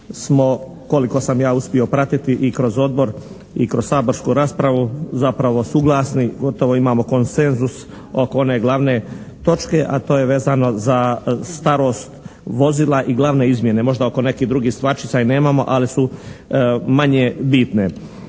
smo koliko sam ja uspio pratiti i kroz odbor i kroz saborsku raspravu zapravo suglasni, gotovo imamo konsenzus oko one glavne točke, a to je vezano za starost vozila i glavne izmjene. Možda oko nekih drugih stvarčica i nemamo al' su manje bitne.